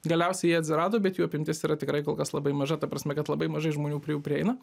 galiausiai jie atsirado bet jų apimtis yra tikrai kol kas labai maža ta prasme kad labai mažai žmonių prie jų prieina